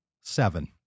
Seven